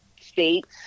states